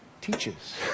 teaches